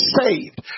saved